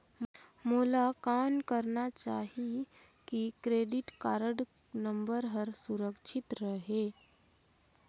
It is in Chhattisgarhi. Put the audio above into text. मोला कौन करना चाही की क्रेडिट कारड नम्बर हर सुरक्षित रहे?